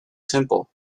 temple